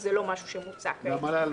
שזה לא משהו שמוצע כעת.